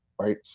right